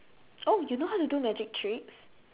oh you know how to do magic tricks